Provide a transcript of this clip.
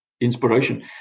inspiration